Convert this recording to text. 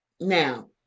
Now